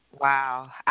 wow